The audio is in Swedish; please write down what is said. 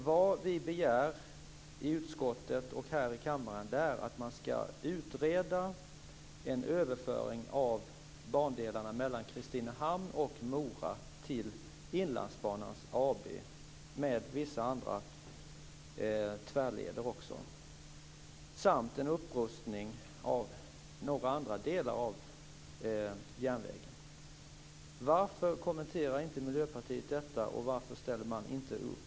Vad vi begär i utskottet och här i kammaren är att man skall utreda en överföring av bandelarna mellan Kristinehamn och Mora till Inlandsbanan AB, tillsammans med vissa tvärleder, samt en upprustning av några andra delar av järnvägen. Varför kommenterar Miljöpartiet inte detta, och varför ställer man inte upp?